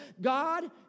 God